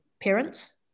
parents